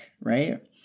right